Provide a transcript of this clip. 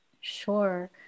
Sure